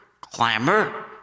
clamor